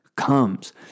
comes